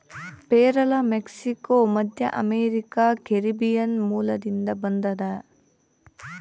ಪೇರಲ ಮೆಕ್ಸಿಕೋ, ಮಧ್ಯಅಮೇರಿಕಾ, ಕೆರೀಬಿಯನ್ ಮೂಲದಿಂದ ಬಂದದನಾ